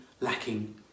lacking